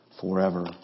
forever